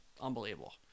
unbelievable